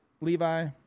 Levi